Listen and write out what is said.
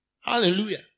Hallelujah